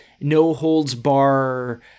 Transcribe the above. no-holds-bar